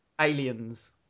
Aliens